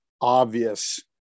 obvious –